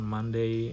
Monday